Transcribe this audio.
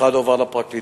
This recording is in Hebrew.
אחד הועבר לפרקליטות,